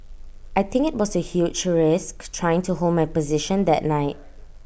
I think IT was A huge risk trying to hold my position that night